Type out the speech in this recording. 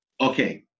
Okay